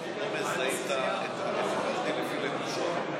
מזהים חרדי לפי לבושו?